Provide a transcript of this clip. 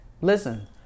Listen